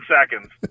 seconds